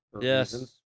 Yes